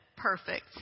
perfect